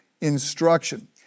instruction